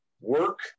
work